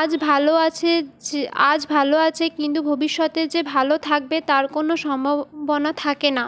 আজ ভালো আছে যে আজ ভালো আছে কিন্তু ভবিষ্যতে যে ভালো থাকবে তার কোনো সম্ভাবনা থাকে না